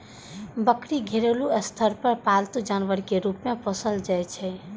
बकरी घरेलू स्तर पर पालतू जानवर के रूप मे पोसल जाइ छै